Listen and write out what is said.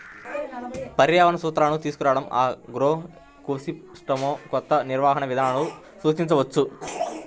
పర్యావరణ సూత్రాలను తీసుకురావడంఆగ్రోఎకోసిస్టమ్లోకొత్త నిర్వహణ విధానాలను సూచించవచ్చు